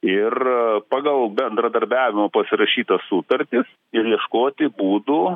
ir pagal bendradarbiavimo pasirašytas sutartis ir ieškoti būdų